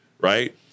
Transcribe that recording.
right